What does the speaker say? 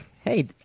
hey